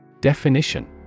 Definition